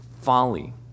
folly